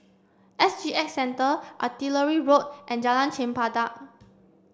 S G X Centre Artillery Road and Jalan Chempedak